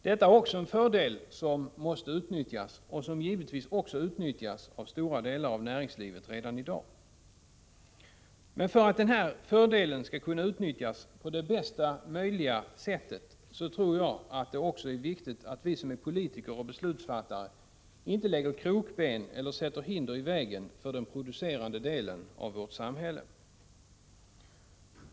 Detta är också en fördel som måste utnyttjas, och som givetvis också utnyttjas av stora delar av näringslivet redan i dag. Men för att den här fördelen skall kunna utnyttjas på det bästa möjliga sättet så tror jag också att det är viktigt att vi som är politiker och beslutsfattare inte lägger krokben eller sätter hinder i vägen för den producerande delen av vårt samhälle.